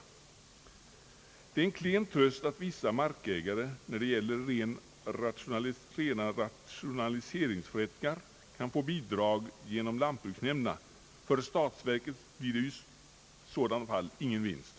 Det är en klen tröst att vissa markägare när det gäller rena rationaliseringsförrättningar kan få bidrag genom lantbruksnämnderna. För statsverket blir det i sådana fall ingen vinst.